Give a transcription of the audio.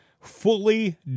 fully